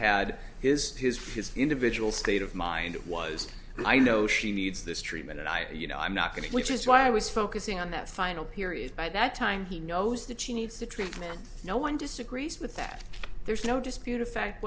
had his his his individual state of mind it was and i know she needs this treatment and i you know i'm not going to which is why i was focusing on that final period by that time he knows that she needs to treatment no one disagrees with that there's no dispute of fact